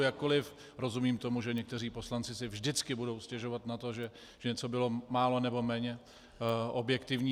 Jakkoliv rozumím tomu, že někteří poslanci si vždycky budou stěžovat na to, že něco bylo málo nebo méně objektivní.